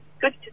Good